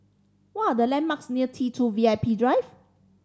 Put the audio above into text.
what are the landmarks near T Two V I P Drive